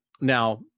Now